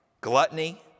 gluttony